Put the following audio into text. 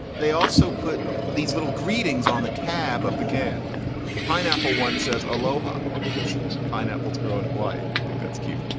they also put these little greetings on the tab of the can the pineapple one says aloha because pineapples grow in hawaii. i think that's cute.